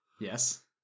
Yes